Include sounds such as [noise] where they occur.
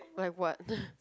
like what [noise]